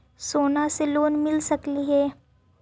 सोना से लोन मिल सकली हे?